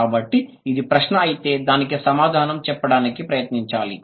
కాబట్టి ఇది ప్రశ్న అయితే దానికి సమాధానం చెప్పడానికి ప్రయత్నించాలి